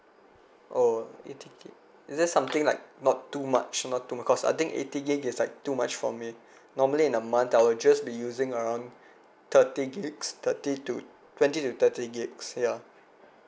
oh eighty gig is there something like not too much not too much cause I think eighty gig is like too much for me normally in a month I'll just be using around thirty gigs thirty to twenty to thirty gigs yeah